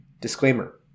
Disclaimer